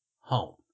home